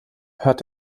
hört